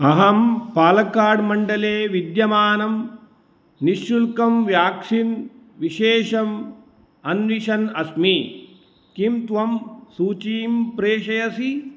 अहं पालक्काड् मण्डले विद्यमानं निःशुल्कं व्याक्सीन् विशेषम् अन्विषन् अस्मि किं त्वं सूचीं प्रेषयसि